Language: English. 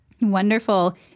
Wonderful